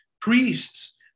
priests